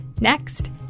next